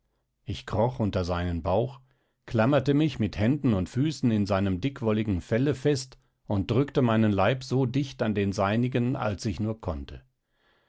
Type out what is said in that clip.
ich kroch unter seinen bauch klammerte mich mit händen und füßen in seinem dickwolligen felle fest und drückte meinen leib so dicht an den seinigen als ich nur konnte